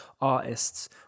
artists